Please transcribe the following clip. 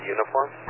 Uniform